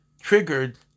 triggered